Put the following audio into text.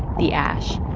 the ash.